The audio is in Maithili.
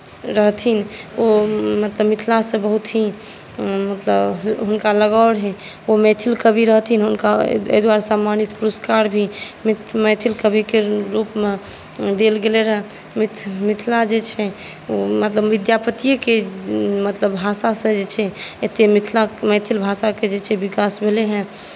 रहथिन ओ मतलब मिथिलासे बहुत ही मतलब हुनका लगाव रहै ओ मैथिल कवि रहथिन हुनका एहि दुआरे सम्मानित पुरस्कार भी मैथिल कविके रुपमे देल गेलै रहय मिथिला जे छै ओ मतलब विद्यापतिएकेँ मतलब भाषासँ जे छै एते मिथिला मैथिल भाषाकेँ जे छै विकास भेलै हँ